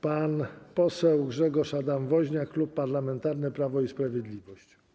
Pan poseł Grzegorz Adam Woźniak, Klub Parlamentarny Prawo i Sprawiedliwość.